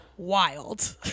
Wild